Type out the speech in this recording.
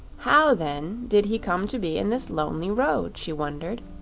how, then, did he come to be in this lonely road? she wondered.